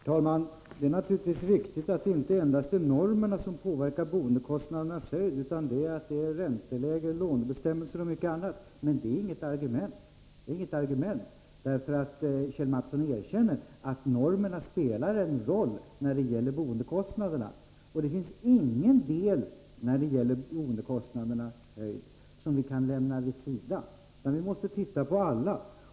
Herr talman! Det är naturligtvis riktigt att det inte endast är normerna som påverkar boendekostnaderna utan också ränteläget, lånebestämmelser och mycket annat, men detta är inte något argument. Kjell Mattsson erkänner att normerna spelar en roll när det gäller boendekostnaderna. När det gäller boendekostnadernas höjd finns det ingen del som vi kan lämna åt sidan.